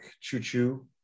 choo-choo